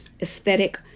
aesthetic